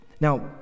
Now